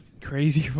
Crazy